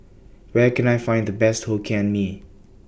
Where Can I Find The Best Hokkien Mee